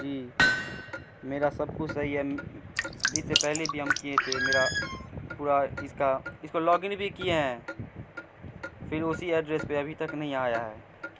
جی میرا سب کچھ صحیح ہے اس سے پہلے بھی ہم کیے تھے میرا پورا اس کا اس کو لاگ ان بھی کیے ہیں پھر اسی ایڈریس پہ ابھی تک نہیں آیا ہے